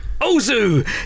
Ozu